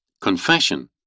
Confession